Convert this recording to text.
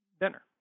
dinner